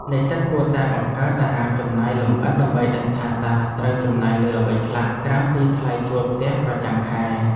និស្សិតគួរតែបង្កើតតារាងចំណាយលម្អិតដើម្បីដឹងថាតើត្រូវចំណាយលើអ្វីខ្លះក្រៅពីថ្លៃជួលផ្ទះប្រចាំខែ។